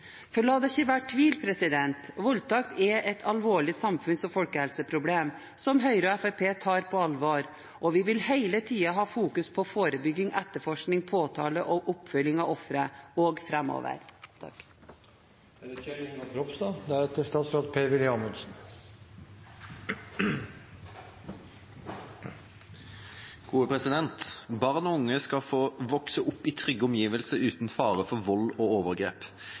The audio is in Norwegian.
La det ikke være tvil: Voldtekt er et alvorlig samfunns- og folkehelseproblem, som Høyre og Fremskrittspartiet tar på alvor. Og vi vil hele tiden ha fokus på forebygging, etterforskning, påtale og oppfølging av ofre også framover. Barn og unge skal få vokse opp i trygge omgivelser uten fare for vold og overgrep.